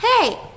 hey